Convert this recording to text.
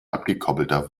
abgekoppelter